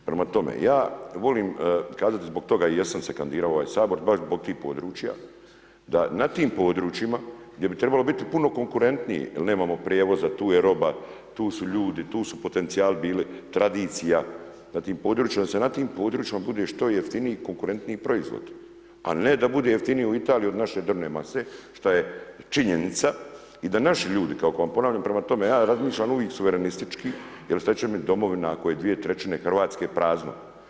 Prema tome, ja volim kazati zbog toga jer sam se kandidirao u ovaj Sabor baš zbog tih područja dana tim područjima gdje bi trebali biti puno konkuretniji jer nemamo prijevoza, tu je roba, tu su ljudi, tu su potencijali bili, tradicija na tim područjima, da se na tim područjima bude što jeftiniji i konkuretniji proizvod a ne bude jeftiniji u Italiji od naše drvne mase šta je činjenica i da naši ljudi … Prema tome, ja razmišljam uvijek suverenistički jer šta će mi domovina ako je 2/3 Hrvatske prazno.